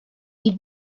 die